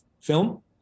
film